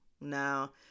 now